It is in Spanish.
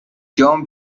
john